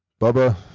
Bubba